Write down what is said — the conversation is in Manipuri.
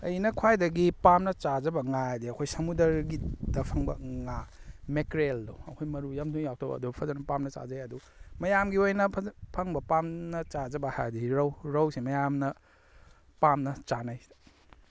ꯑꯩꯅ ꯈ꯭ꯋꯥꯏꯗꯒꯤ ꯄꯥꯝꯅ ꯆꯥꯖꯕ ꯉꯥ ꯍꯥꯏꯔꯗꯤ ꯑꯩꯈꯣꯏ ꯁꯃꯨꯗ꯭ꯔꯒꯤꯗ ꯐꯪꯕ ꯉꯥ ꯃꯦꯛꯀꯦꯔꯦꯜꯗꯣ ꯑꯩꯈꯣꯏ ꯃꯔꯨ ꯌꯥꯝꯅ ꯌꯥꯎꯗꯕ ꯑꯗꯨ ꯐꯖꯅ ꯄꯥꯝꯅ ꯆꯥꯖꯩ ꯑꯗꯨ ꯃꯌꯥꯝꯒꯤ ꯑꯣꯏꯅ ꯐꯪꯕ ꯄꯥꯝꯅ ꯆꯥꯖꯕ ꯍꯥꯏꯔꯗꯤ ꯔꯧ ꯔꯧꯁꯤ ꯃꯌꯥꯝꯅ ꯄꯥꯝꯅ ꯆꯥꯅꯩ